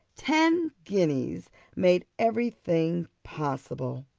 ten guineas made every thing possible.